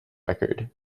record